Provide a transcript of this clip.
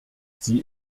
sie